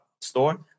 store